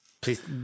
Please